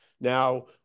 Now